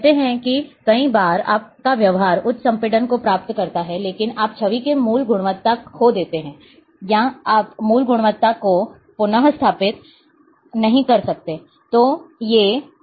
कहते हैं कि कई बार आप का व्यापार उच्च संपीड़न को प्राप्त करता है लेकिन आप छवि की मूल गुणवत्ता खो देते हैं या आप मूल गुणवत्ता को पुनःस्थापित नहीं कर सकते